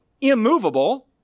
immovable